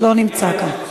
לא נמצא כאן.